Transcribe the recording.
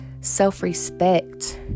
self-respect